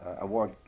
Award